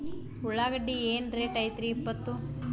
ಉಳ್ಳಾಗಡ್ಡಿ ಏನ್ ರೇಟ್ ಐತ್ರೇ ಇಪ್ಪತ್ತು?